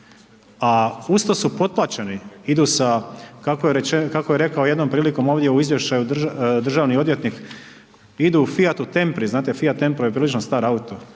a uz to su potplaćeni, idu sa, kako je rekao jednom prilikom ovdje u izvještaju državni odvjetnik, idu u Fiatu Tempri, znate Fiat Tempro je prilično star auto,